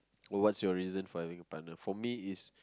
what's the reason for having a partner for me is